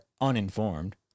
uninformed